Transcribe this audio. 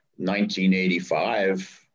1985